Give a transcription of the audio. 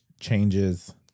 changes